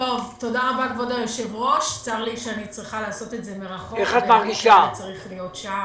איך את מרגישה?